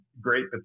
great